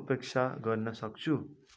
अपेक्षा गर्नसक्छु